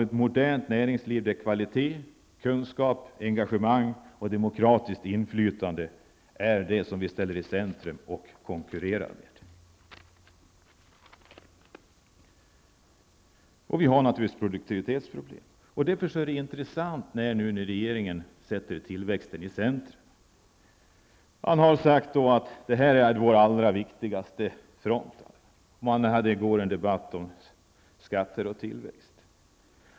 Ett modernt näringsliv där kvalitet, kunskap, engagemang och demokratiskt inflytande är det som vi ställer i centrum och konkurrerar med. Vi har naturligtvis produktivitetsproblem. Därför är det intressant att regeringen sätter tillväxten i centrum. Man har sagt att det här är vår allra viktigaste front. I går hade man en debatt om skatter och tillväxt.